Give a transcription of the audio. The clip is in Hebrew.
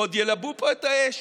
עוד ילבו פה את האש.